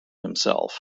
himself